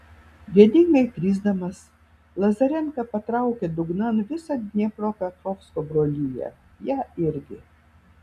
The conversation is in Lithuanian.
gėdingai krisdamas lazarenka patraukė dugnan visą dniepropetrovsko broliją ją irgi